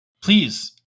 please